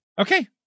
Okay